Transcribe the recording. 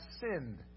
sinned